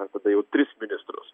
na tada jau tris ministrus